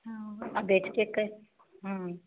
हाँ वो बेच के कै